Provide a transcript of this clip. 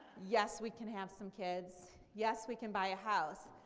yes we can have some kids, yes we can buy a house,